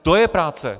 To je práce!